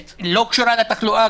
שלא קשורה לתחלואה.